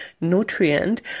nutrient